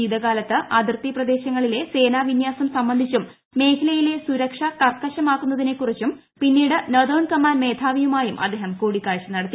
ശീതകാലത്ത് അതിർത്തി മേഖലകളിലെ സേനാവിന്യാസം സംബന്ധിച്ചും മേഖലയിലെ സുരക്ഷ കർക്കശമാക്കുന്നതിനെ കുറിച്ചും പിന്നീട് നോർത്തേൻ കമാൻഡ് മേധാവിയുമായും അദ്ദേഹം കൂടിക്കാഴ്ച നടത്തി